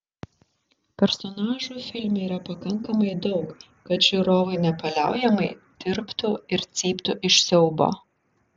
personažų filme yra pakankamai daug kad žiūrovai nepaliaujamai tirptų ir cyptų iš siaubo